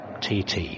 tt